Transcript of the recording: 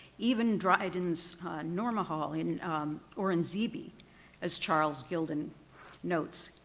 even dryden's norma hall in aureng-zebe as charles gildon notes,